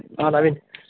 Naveen